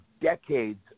decades